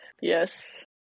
Yes